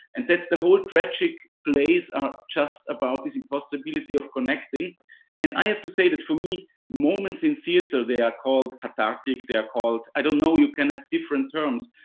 and that's the whole tragic plays are just about this impossibility of connecting and i have to say that for me moments in theater, they are called cathartic, they are called, i don't know. you can have different terms,